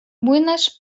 młynarz